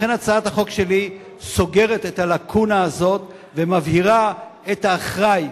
לכן הצעת החוק שלי סוגרת את הלקונה הזאת ומבהירה מי האחראי.